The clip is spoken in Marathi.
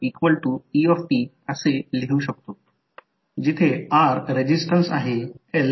तर हा एक नियम आहे जो हा नियम कोठेही सांगणार नाहीत फक्त मनात ठेवायचा त्यामुळे सर्व खूप सोपे आहे असे वाटेल